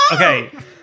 Okay